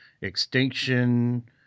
extinction